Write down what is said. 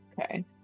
Okay